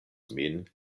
min